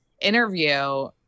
interview